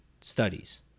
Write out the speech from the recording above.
studies